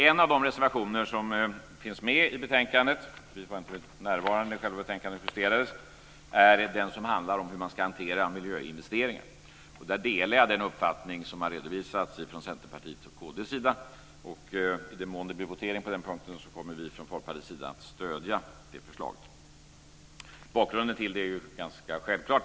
En av de reservationer som finns med i betänkandet - vi var inte närvarande när själva betänkandet justerades - handlar om hur man ska hantera miljöinvesteringar. Där delar jag den uppfattning som Centerpartiet och kd har redovisat. I den mån det blir votering på den punkten kommer vi i Folkpartiet att stödja det förslaget. Bakgrunden till det är ganska självklar.